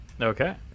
okay